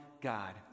God